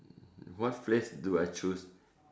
mm what phrase do I choose